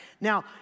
Now